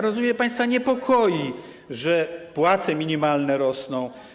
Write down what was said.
Rozumiem, że państwa niepokoi, że płace minimalne rosną.